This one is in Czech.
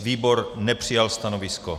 Výbor nepřijal stanovisko.